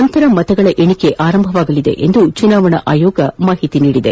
ನಂತರ ಮತಗಳ ಎಣಿಕೆ ಆರಂಭವಾಗಲಿದೆ ಎಂದು ಚುನಾವಣಾ ಆಯೋಗ ತಿಳಿಸಿದೆ